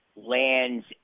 Land's